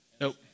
Nope